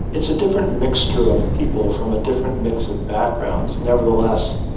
it's a different mixture of people from a different mix of backgrounds. nevertheless,